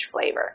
flavor